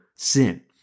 sin